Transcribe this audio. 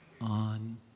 on